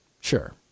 Sure